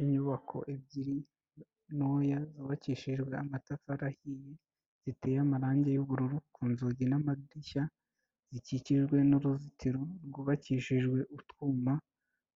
Inyubako ebyiri ntoya, zubakishijwe amatafari ahiye, ziteye amarangi y'ubururu ku nzugi n'amadirishya, zikikijwe n'uruzitiro rwubakishijwe utwuma